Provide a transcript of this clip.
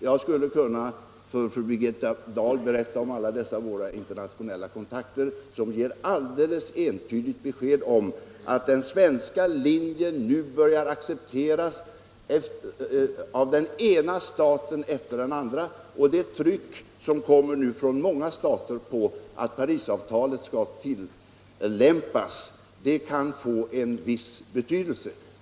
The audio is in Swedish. Jag skulle kunna berätta för fru Birgitta Dahl om alla dessa våra internationella kontakter, som ger alldeles entydigt besked om att den svenska linjen nu börjar accepteras av den ena staten efter den andra. Och det tryck som kommer nu från många stater om att Parisavtalet skall tillämpas kan få en viss betydelse.